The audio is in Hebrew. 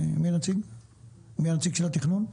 מי הנציג של התכנון?